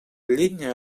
llenya